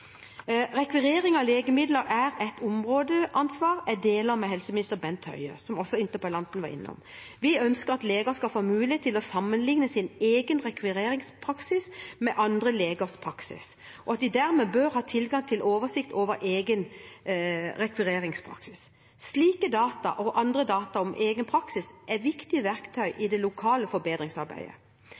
Rekvirering av legemidler er et ansvarsområde jeg deler med helseminister Bent Høie, som også interpellanten var innom. Vi ønsker at leger skal få mulighet til å sammenligne sin egen rekvireringspraksis med andre legers praksis, og at de dermed bør ha tilgang til en oversikt over egen rekvireringspraksis. Slike data og andre data om egen praksis er viktige verktøy i det lokale forbedringsarbeidet.